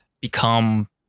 become